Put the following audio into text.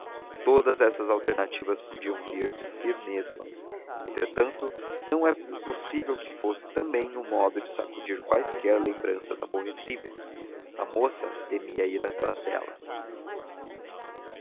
todas essas alternativas podiam vir de si mesmas entretanto não é impossível que fosse também um modo de sacudir quaisquer lembranças aborrecíveis a moça temia ir atrás delas